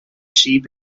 sheep